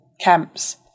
camps